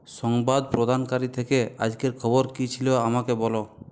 সংবাদ প্রদানকারী থেকে আজকের খবর কী ছিল আমাকে বল